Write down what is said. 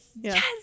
yes